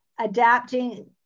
adapting